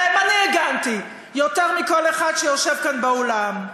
שעליהם הגנתי יותר מכל אחד שיושב כאן באולם,